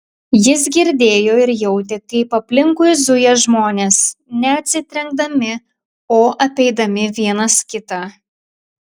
jis girdėjo ir jautė kaip aplinkui zuja žmonės ne atsitrenkdami o apeidami vienas kitą